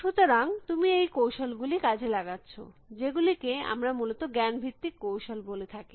সুতরাং তুমি এই কৌশল গুলি কাজে লাগাচ্ছ যেগুলিকে আমরা মূলত জ্ঞান ভিত্তিক কৌশল বলে থাকি